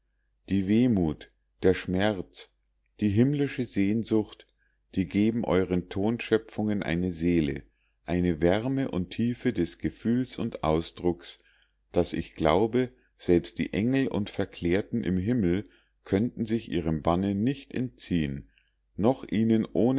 die wehmut der schmerz die himmlische sehnsucht die geben euren tonschöpfungen eine seele eine wärme und tiefe des gefühls und ausdrucks daß ich glaube selbst die engel und verklärten im himmel könnten sich ihrem banne nicht entziehen noch ihnen